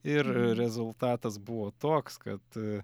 ir rezultatas buvo toks kad